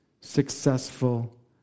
successful